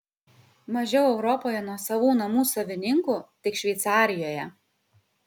mažiau europoje nuosavų namų savininkų tik šveicarijoje